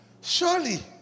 surely